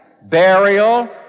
burial